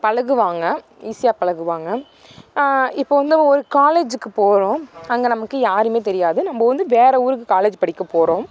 பழகுவாங்க ஈஸியாக பழகுவாங்க இப்போ வந்து ஒரு காலேஜிக்கு போகறோம் அங்கே நமக்கு யாருமே தெரியாது நம்ப வந்து வேறு ஊருக்கு காலேஜ் படிக்க போகறோம்